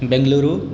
बेङ्ग्लूरुः